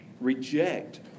reject